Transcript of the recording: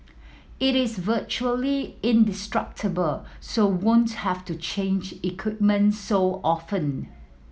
it is virtually indestructible so won't have to change equipment so often